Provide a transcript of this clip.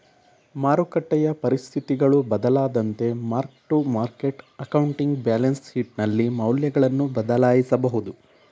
ಮಾರಕಟ್ಟೆಯ ಪರಿಸ್ಥಿತಿಗಳು ಬದಲಾದಂತೆ mark to market accounting balance ಶೀಟ್ನಲ್ಲಿ ಮೌಲ್ಯಗಳನ್ನು ಬದಲಾಯಿಸಬಹುದು